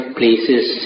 places